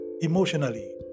emotionally